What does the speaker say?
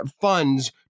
funds